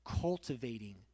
cultivating